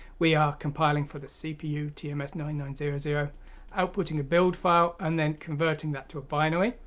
we are compiling for the cpu t m s nine nine zero zero outputting a build file and then converting that to a binary,